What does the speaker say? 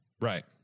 Right